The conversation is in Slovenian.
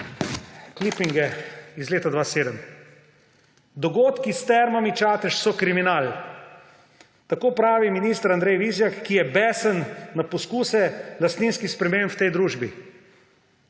klipinge iz leta 2007: »Dogodki s Termami Čatež so kriminal, tako pravi minister Andrej Vizjak, ki je besen na poskuse lastninskih sprememb v tej družbi,«